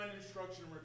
instruction